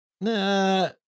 nah